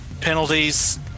Penalties